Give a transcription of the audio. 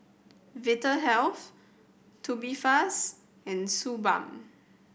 Vitahealth Tubifast and Suu Balm